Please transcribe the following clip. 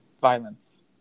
violence